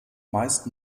meist